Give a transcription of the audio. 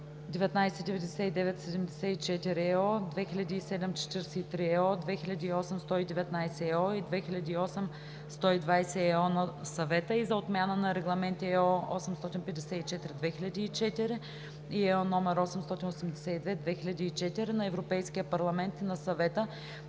1999/74/ЕО, 2007/43/ЕО, 2008/119/ЕО и 2008/120/ЕО на Съвета, и за отмяна на регламенти (ЕО) № 854/2004 и (ЕО) № 882/2004 на Европейския парламент и на Съвета,